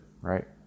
right